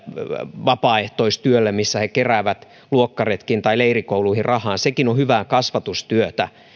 vapaaehtoistyölle missä he keräävät luokkaretkiin tai leirikouluihin rahaa sekin on hyvää kasvatustyötä